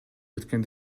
кеткен